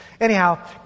Anyhow